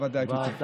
הפרענו לך?